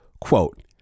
Quote